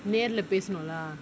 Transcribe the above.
நேர்ல பேசனும்:nerla peasanum lah